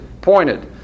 pointed